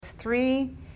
Three